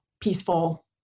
peaceful